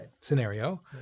scenario